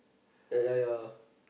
ya ya ya